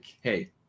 Hey